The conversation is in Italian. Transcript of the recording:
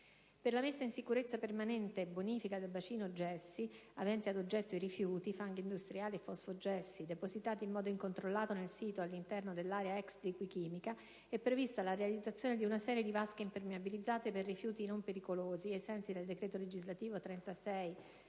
Per la messa in sicurezza permanente e bonifica del bacino gessi, avente ad oggetto i rifiuti (fanghi industriali e fosfogessi) depositati in modo incontrollato nel sito all'interno dell'area ex Liquichimica, è prevista la realizzazione di una serie di vasche impermeabilizzate per rifiuti non pericolosi, ai sensi del decreto legislativo n.